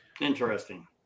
Interesting